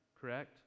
correct